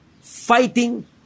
fighting